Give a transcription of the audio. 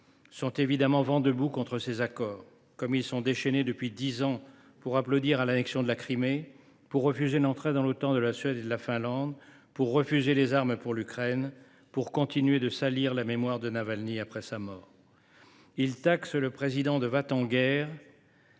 sont évidemment vent debout contre ces accords, comme ils sont déchaînés depuis dix ans pour applaudir à l’annexion de la Crimée, pour refuser l’entrée dans l’Otan de la Suède et de la Finlande, pour refuser la livraison d’armes à l’Ukraine, pour continuer de salir la mémoire de Navalny après sa mort. Ils taxent le Président de la